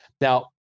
Now